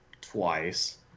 twice